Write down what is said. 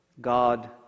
God